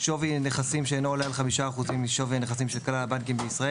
"שווי נכסים שאינו עולה על 5% משווי הנכסים של כלל הבנקים בישראל